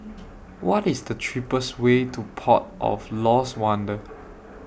What IS The cheapest Way to Port of Lost Wonder